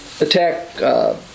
attack